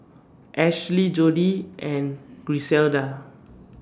Ashli Jordi and Griselda